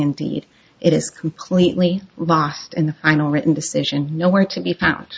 indeed it is completely lost in the final written decision nowhere to be found